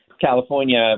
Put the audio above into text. California